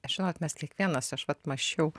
žinot mes kiekvienas aš vat mąsčiau